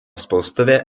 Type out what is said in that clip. spaustuvė